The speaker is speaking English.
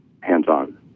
hands-on